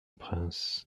prince